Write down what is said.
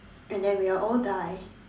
and then we will all die